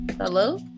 hello